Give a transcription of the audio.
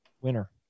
winner